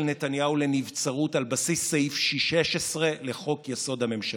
נתניהו לנבצרות על בסיס סעיף 16 לחוק-יסוד: הממשלה.